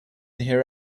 hear